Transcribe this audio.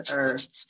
earth